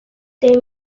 they